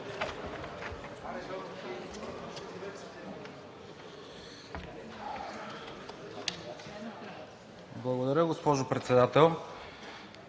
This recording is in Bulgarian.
Благодаря госпожо Председател.